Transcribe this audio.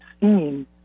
seen